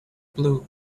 blue